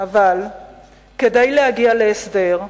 .אבל כדי להגיע להסדר,